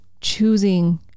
choosing